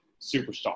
superstar